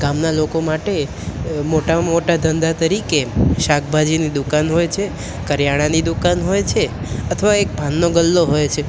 ગામના લોકો માટે મોટા મોટા ધંધા તરીકે શાકભાજીની દુકાન હોય છે કરિયાણાની દુકાન હોય છે અથવા એક પાનનો ગલ્લો હોય છે